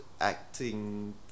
acting